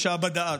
עבר ביטחוני,